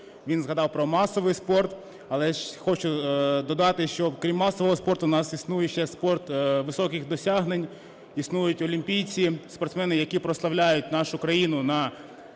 він згадав про масовий спорт. Але ж хочу додати, що крім масового спорту у нас існує ще спорт високих досягнень, існують олімпійці, спортсмени, які прославляють нашу країну на